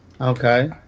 Okay